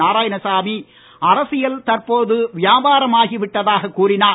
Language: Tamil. நாராயணசாமி அரசியல் தற்போது வியாபாரம் ஆகிவிட்டதாக கூறினார்